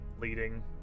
leading